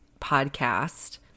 podcast